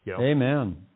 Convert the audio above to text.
Amen